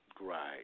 Right